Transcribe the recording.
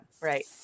right